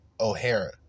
O'Hara